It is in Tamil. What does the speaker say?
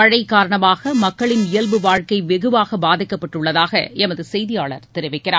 மழை காரணமாக மக்களின் இயல்பு வாழ்க்கை வெகுவாக பாதிக்கப்பட்டுள்ளதாக எமது செய்தியாளர் தெரிவிக்கிறார்